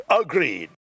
Agreed